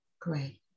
great